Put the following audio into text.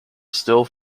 still